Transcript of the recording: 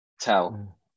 Tell